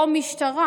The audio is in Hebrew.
שבו משטרה